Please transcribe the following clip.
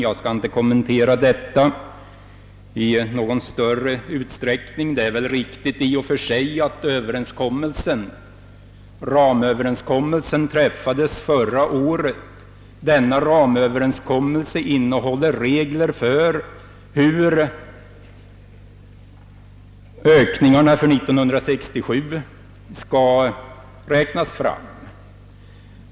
Jag skall inte kommentera det i någon större utsträckning. Det är i och för sig riktigt att ramöverenskommelsen träffades förra året. Denna ramöverenskommelse innehåller regler för hur ökningarna för 1967 skall räknas fram.